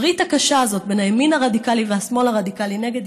הברית הקשה הזאת בין הימין הרדיקלי לשמאל הרדיקלי נגד